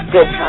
Good